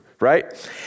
right